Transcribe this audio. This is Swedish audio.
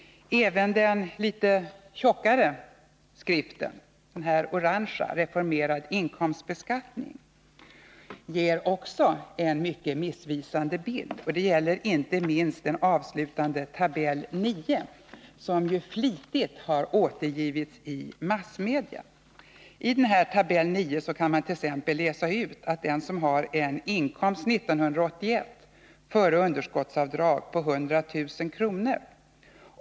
Även den litet tjockare, orangefärgade skriften Reformerad inkomstbeskattning ger en mycket missvisande bild. Det gäller inte minst den avslutande tab. 9, som flitigt återgivits i massmedia. Av tab. 9 kan man t.ex. läsa ut att den som 1981 före underskottsavdrag har en inkomst på 100 000 kr.